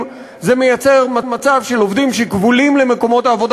זה מייצר מצב של עובדים שכבולים למקומות העבודה